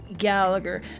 Gallagher